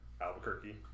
Albuquerque